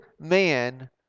man